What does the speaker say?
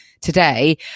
today